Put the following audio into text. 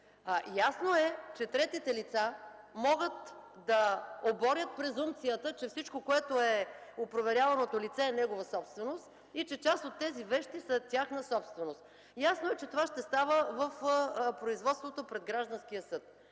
Ясно е, че третите лица могат да оборят презумпцията, че всичко, което е у проверяваното лице, е негова собственост и че част от тези вещи са тяхна собственост. Ясно е, че това ще става в производството пред гражданския съд.